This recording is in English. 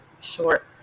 short